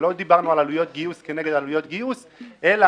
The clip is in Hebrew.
לא דיברנו על עלויות גיוס כנגד עלויות גיוס אלא